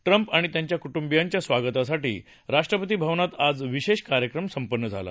Trump आणि त्यांच्या कूट्बियांच्या स्वागतासाठी राष्ट्रपती भवनात आज विशेष कार्यक्रम संपन्न झाला